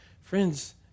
Friends